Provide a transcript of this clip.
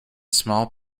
small